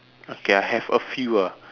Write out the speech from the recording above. okay I have a few ah